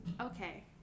Okay